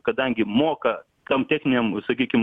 kadangi moka tom techninėm sakykim